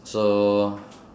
so